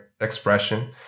expression